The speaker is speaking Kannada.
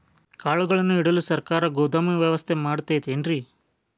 ಕಾಳುಗಳನ್ನುಇಡಲು ಸರಕಾರ ಗೋದಾಮು ವ್ಯವಸ್ಥೆ ಕೊಡತೈತೇನ್ರಿ?